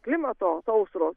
klimato sausros